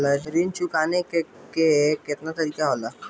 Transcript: ऋण चुकाने के केतना तरीका होला?